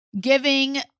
giving